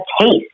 taste